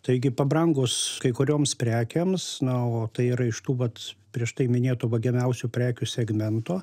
taigi pabrangus kai kurioms prekėms na o tai yra iš tų vat prieš tai minėtų vagiamiausių prekių segmento